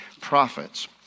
prophets